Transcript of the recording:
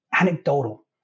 anecdotal